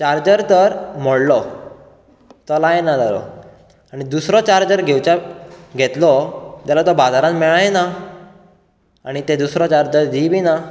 charger तर मोडलो चलायना जालो आनी दुसरो चार्जर घेवच्याक घेतलो जाल्यार तो बाजारान मेळयना आनी ते दुसरो चार्जर दिय बी ना